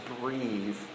breathe